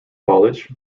college